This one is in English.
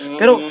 pero